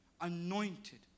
Anointed